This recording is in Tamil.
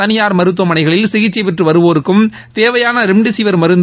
தளியார் மருத்துவமனைகளில் சிகிச்சை பெற்று வருவோருக்கு தேவையாள ரெம்டெசிவிர் மருந்து